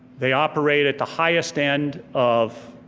they operate at the highest end of